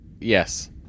Yes